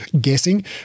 guessing